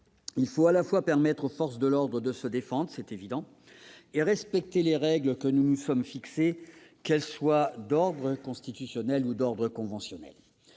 il faut à la fois permettre aux forces de l'ordre de se défendre- c'est évident -et respecter les règles que nous nous sommes fixées, qu'elles soient d'ordre constitutionnel ou conventionnel.